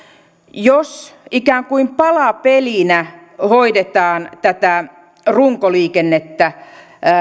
jos ikään kuin palapelinä hoidetaan tätä runkoliikennettä